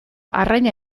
arraina